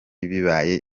bibaye